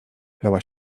lała